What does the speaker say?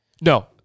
No